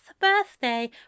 birthday